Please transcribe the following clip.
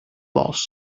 boss